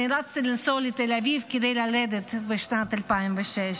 נאלצתי לנסוע לתל אביב כדי ללדת, בשנת 2006,